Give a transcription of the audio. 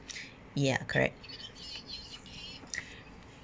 ya correct